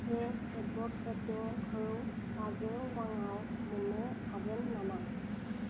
fresh' एभेकाड'खौ बाजौ राङाव मोन्नो हागोन नामा